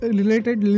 related